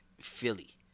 Philly